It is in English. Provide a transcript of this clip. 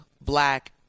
black